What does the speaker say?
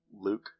Luke